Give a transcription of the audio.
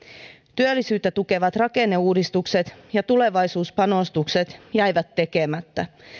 työllisyyttä tukevat rakenneuudistukset ja tulevaisuuspanostukset jäivät tekemättä